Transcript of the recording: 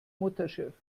mutterschiff